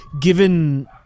given